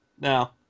Now